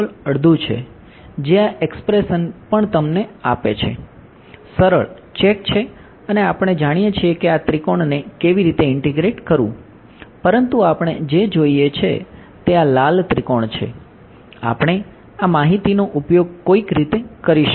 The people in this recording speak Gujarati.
અડધું કારણ કે ત્રિકોણ છે આપણે આ માહિતીનો ઉપયોગ કોઈક રીતે કરી શકીશું